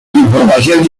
información